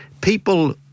People